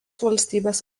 valstybės